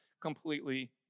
completely